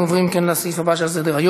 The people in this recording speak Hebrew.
אנחנו עוברים, אם כן, לסעיף הבא שעל סדר-היום: